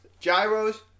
Gyros